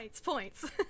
points